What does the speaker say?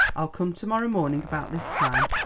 i'll come to-morrow morning about this time,